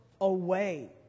away